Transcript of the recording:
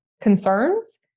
concerns